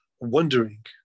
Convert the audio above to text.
wondering